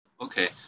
Okay